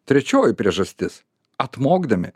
trečioji priežastis atmokdami